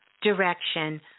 direction